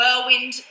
whirlwind